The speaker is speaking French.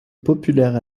populaire